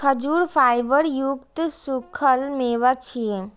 खजूर फाइबर युक्त सूखल मेवा छियै